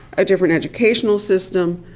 a different educational system,